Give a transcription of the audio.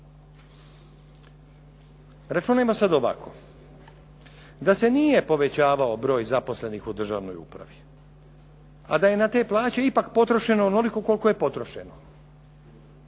Računajmo sada ovako. Da se nije povećavao broj zaposlenih u državnoj upravi a da je na te plaće ipak potrošeno onoliko koliko je potrošeno,